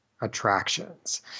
attractions